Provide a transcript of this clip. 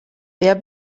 wer